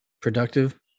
productive